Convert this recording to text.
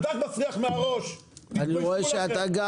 הדג מסריח מהראש -- אני רואה שאתה גם